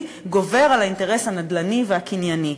גובר על האינטרס הנדל"ני והקנייני.